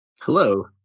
Hello